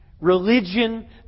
Religion